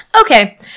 Okay